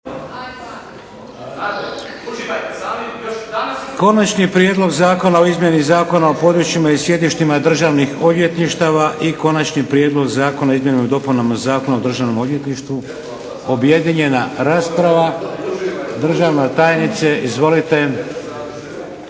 Konačni prijedlog Zakona o izmjeni Zakona o područjima i sjedištima Državnih odvjetništava - Konačni prijedlog Zakona o izmjenama i dopunama Zakona o Državnom odvjetništvu Objedinjena rasprava. Državna tajnice, izvolite.